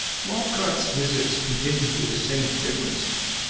walcott's visits continued with the same frequency,